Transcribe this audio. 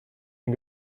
den